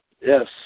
Yes